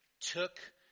took